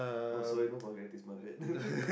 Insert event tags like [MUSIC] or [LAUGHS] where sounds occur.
oh sorry no vulgarities my bad [LAUGHS]